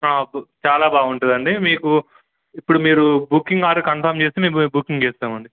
చాలా బాగుంటుందండి మీకు ఇప్పుడు మీరు బుకింగ్ ఆర్డర్ కన్ఫర్మ్ చేస్తే మేము బుకింగ్ చేస్తామండి